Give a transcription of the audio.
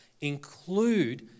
include